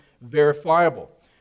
verifiable